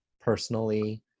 personally